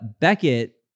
Beckett